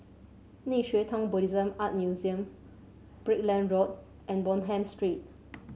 Nei Xue Tang Buddhist Art Museum Brickland Road and Bonham Street